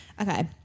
Okay